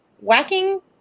whacking